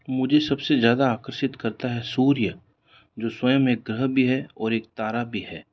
मुझे सबसे ज़्यादा आकर्षित करता है सूर्य जो स्वयं एक ग्रह भी है और एक तारा भी है